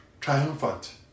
triumphant